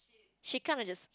she kind of just